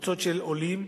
קבוצות של עולים.